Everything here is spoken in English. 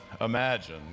Imagine